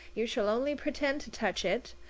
you shall only pretend to touch it.